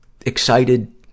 excited